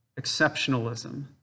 exceptionalism